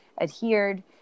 adhered